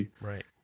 Right